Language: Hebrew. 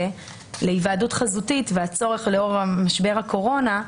להיוועדות חזותית והצורך לאור משבר הקורונה,